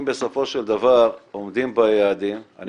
אם בסופו של דבר עומדים ביעדים --- אני